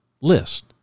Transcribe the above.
List